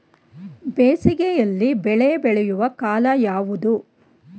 ಬೇಸಿಗೆ ಯಲ್ಲಿ ಬೆಳೆ ಬೆಳೆಯುವ ಕಾಲ ಯಾವುದು?